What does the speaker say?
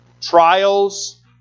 Trials